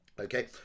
okay